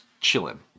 chilling